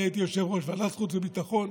אני הייתי יושב-ראש ועדת החוץ והביטחון,